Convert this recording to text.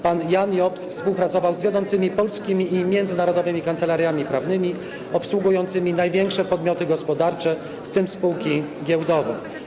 Pan Jan Jobs współpracował z wiodącymi polskimi i międzynarodowymi kancelariami prawnymi obsługującymi największe podmioty gospodarcze, w tym spółki giełdowe.